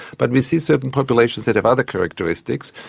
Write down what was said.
but we see certain populations that have other characteristics,